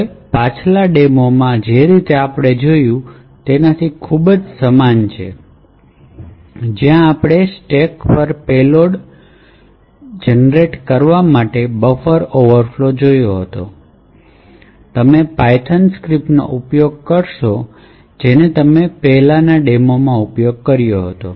હવે પાછલા પ્રદર્શનમાં જે આપણે જોયું છે તેનાથી ખૂબ સમાન છે જ્યાં આપણે સ્ટેક પર પેલોડ ઉત્પન્ન કરવા માટે બફર ઓવરફ્લો જોયો છે તમે પાયથોન સ્ક્રિપ્ટનો ઉપયોગ કરશો જેનો તમે પહેલાંના પ્રદર્શનમાં ઉપયોગ કર્યો હતો